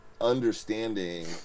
understanding